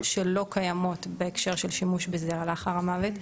שלא קיימות בהקשר של שימוש בזרע לאחר המוות.